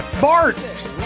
Bart